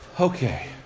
Okay